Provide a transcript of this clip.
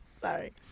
Sorry